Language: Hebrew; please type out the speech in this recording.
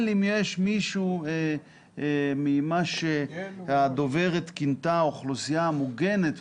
אם יש מישהו ממה שהדוברת כינתה אוכלוסייה מוגנת,